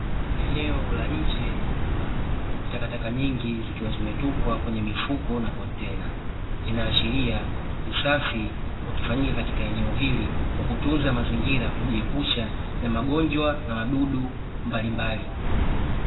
Eneo la nje ya nyumba, takataka nyingi zikiwa zimetupwa kwenye mifuko na kontena. Inaashiria usafi ukifanyika eneo hili kwa kutunza mazingira kujiepusha na magonjwa na wadudu mbalimbali.